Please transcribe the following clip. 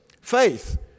Faith